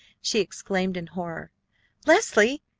she exclaimed in horror leslie!